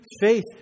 faith